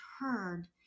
heard